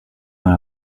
dans